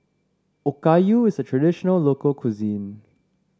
Okayu is a traditional local cuisine